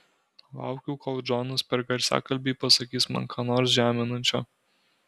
laukiau kol džonas per garsiakalbį pasakys man ką nors žeminančio